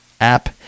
app